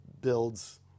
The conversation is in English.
builds